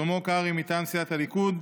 שלמה קרעי מטעם סיעת הליכוד,